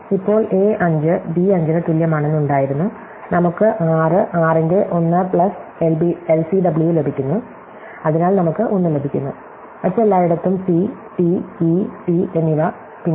ഇപ്പോൾ a 5 B 5 ന് തുല്യമാണെന്ന് ഉണ്ടായിരുന്നു നമുക്ക് 6 6 ന്റെ 1 പ്ലസ് എൽസിഡബ്ല്യു ലഭിക്കുന്നു അതിനാൽ നമുക്ക് 1 ലഭിക്കുന്നു മറ്റെല്ലായിടത്തും സി ടി ഇ ടി എന്നിവ പിന്നെ ടി